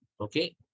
Okay